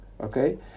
okay